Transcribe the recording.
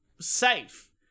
safe